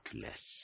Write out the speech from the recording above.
less